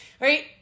right